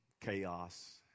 chaos